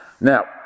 Now